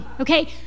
okay